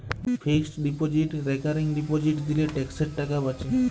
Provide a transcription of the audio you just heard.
fixed deposit recurring deposit দিলে ট্যাক্সের টাকা বাঁচে